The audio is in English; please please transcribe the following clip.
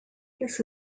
this